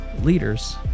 leaders